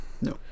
No